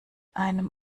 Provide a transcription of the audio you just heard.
einem